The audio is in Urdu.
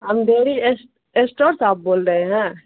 ہم ڈیری ایس اسٹور سے آپ بول رہے ہیں